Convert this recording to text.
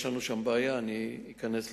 יש לנו שם בעיה, אני אכנס לזה.